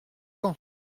caen